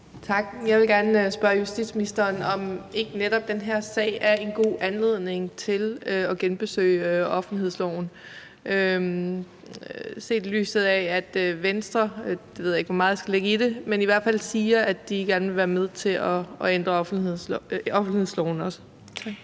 Tak. Jeg vil gerne spørge justitsministeren, om ikke netop den her sag er en god anledning til at genbesøge offentlighedsloven, set i lyset af at Venstre siger – og jeg ved ikke, hvor meget jeg skal lægge i det – at de også gerne vil være med til at ændre offentlighedsloven. Tak.